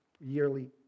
yearly